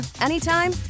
anytime